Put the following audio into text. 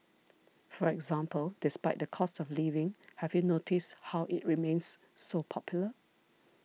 for example Despite the cost of living have you noticed how it remains so popular